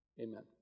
Amen